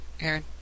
Aaron